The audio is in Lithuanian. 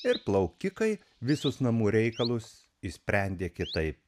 ir plaukikai visus namų reikalus išsprendė kitaip